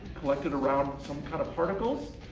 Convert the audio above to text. collected around some kind of particles,